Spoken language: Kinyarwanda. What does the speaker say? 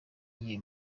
nkiri